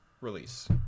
release